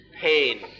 pain